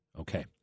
Okay